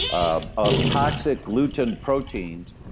ah of toxic gluten proteins.